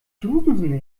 flusen